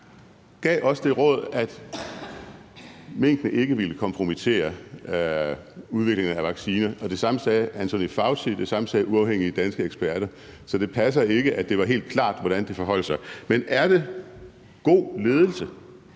gav os det råd, at minkene ikke ville kompromittere udviklingen af vacciner. Det samme sagde Anthony Fauci, og det samme sagde uafhængige danske eksperter. Så det passer ikke, at det var helt klart, hvordan det forholdt sig. Men er det god ledelse,